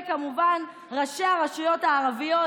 וכמובן ראשי הרשויות הערביות,